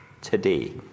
today